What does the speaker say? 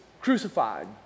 crucified